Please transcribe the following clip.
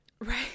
Right